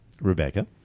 Rebecca